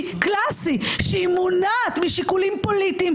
רק כללים צורניים?